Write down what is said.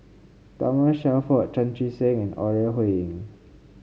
Thomas Shelford Chan Chee Seng and Ore Huiying